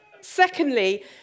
Secondly